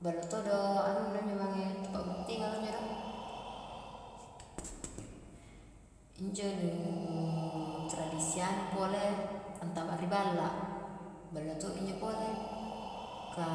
Ballo todo anuna injo mange ri pa'buntingang a injo do, injo nu tradisi anu pole, antama ri balla ballo to injo pole, ka